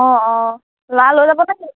অঁ অঁ ল'ৰা লৈ যাবনে কি